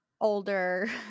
older